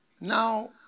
Now